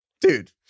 Dude